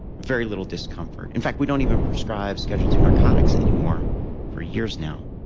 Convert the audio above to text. very little discomfort in fact, we don't even prescribe schedule two narcotics anymore for years now.